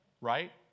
right